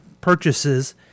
purchases